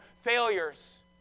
failures